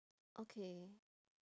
okay